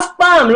אף פעם.